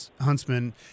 Huntsman